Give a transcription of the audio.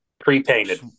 Pre-painted